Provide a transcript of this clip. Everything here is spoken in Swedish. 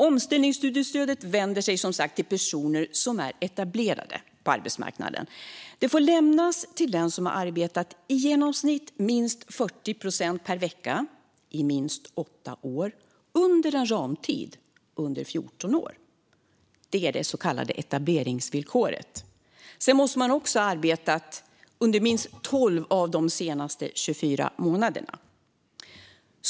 Omställningsstudiestödet vänder sig som sagt till personer som är etablerade på arbetsmarknaden. Det får lämnas till den som har arbetat i genomsnitt minst 40 procent per vecka i minst 8 år under en ramtid om 14 år. Det är det så kallade etableringsvillkoret. Man måste också ha arbetat under minst 12 av de senaste 24 månaderna.